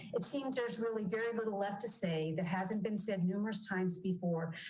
it seemed just really very little left to say that hasn't been said numerous times before.